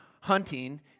hunting